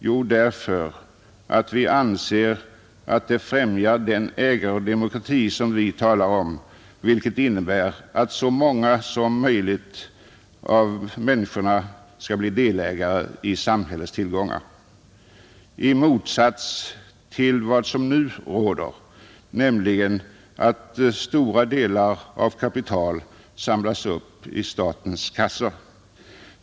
Jo, därför att vi anser att det främjar den ägardemokrati som vi talar om vilket innebär att så många som möjligt av människorna skall bli delägare i samhällets tillgångar, i motsats till vad som nu råder, nämligen att stora delar av kapitalet samlas upp i statens kassa.